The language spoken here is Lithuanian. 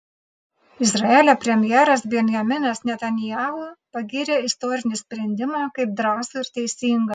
izraelio premjeras benjaminas netanyahu pagyrė istorinį sprendimą kaip drąsų ir teisingą